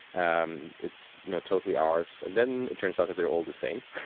um it's you know totally ours, and then it turns out that they're all the same.